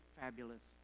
fabulous